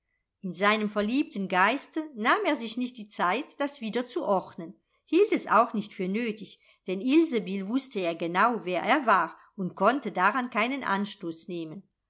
in seinem verliebten geiste nahm er sich nicht die zeit das wieder zu ordnen hielt es auch nicht für nötig denn ilsebill wußte ja genau wer er war und konnte daran keinen anstoß nehmen